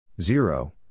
zero